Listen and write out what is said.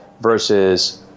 versus